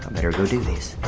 better go do this